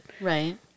Right